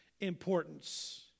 importance